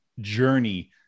journey